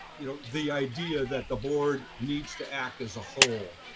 you know, the idea that the board needs to act as a whole